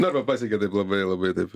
na arba pasiekia taip labai labai taip